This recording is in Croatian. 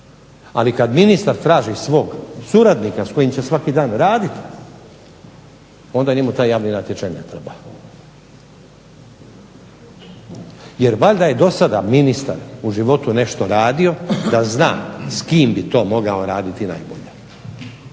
ali kada ministar traži svog suradnika s kojim će svaki dan raditi onda njemu taj javni natječaj ne treba, jer valjda je do sada ministar nešto u životu radio da zna s kim bi to mogao raditi najbolje.